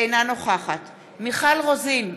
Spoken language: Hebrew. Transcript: אינה נוכחת מיכל רוזין,